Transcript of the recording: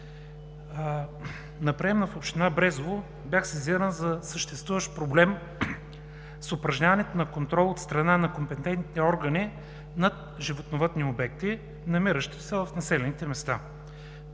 На приема в община Брезово бях сезиран за съществуващ проблем с упражняването на контрол от страна на компетентните органи над животновъдни обекти, намиращи се в населените места.